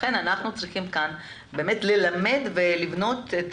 לכן אנחנו צריכים כאן באמת ללמד ולבנות את